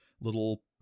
little